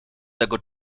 tego